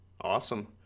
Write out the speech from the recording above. Awesome